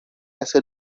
hacer